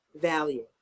value